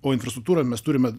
o infrastruktūrą mes turime